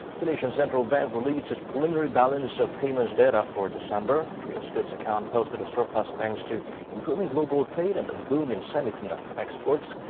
the nation's central bank released its preliminary balance of payments data for december. korea's goods account posted a surplus thanks to improving global trade and the boom in semiconductor exports.